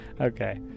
okay